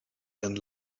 and